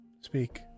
Speak